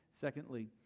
Secondly